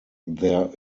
there